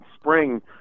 spring